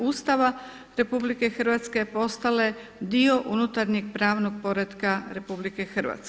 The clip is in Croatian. Ustava RH postale dio unutarnjeg pravnog poretka RH.